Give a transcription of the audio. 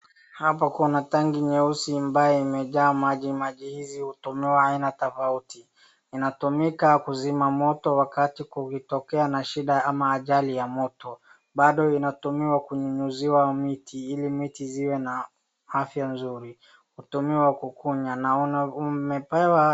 Hapa kuna tangi nyeusi ambayo imejaa maji, maji hizi hutumiwa aina tofauti. Inatumika kuzima moto wakati kukitokea na shida ama ajali ya moto. Bado inatumiwa kunyunyiziwa miti ili miti ziwe na afya nzuri. Hutumiwa kukunywa, naona umepewa.